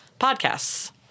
podcasts